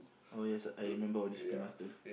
oh yes I remember our discipline master